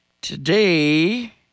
Today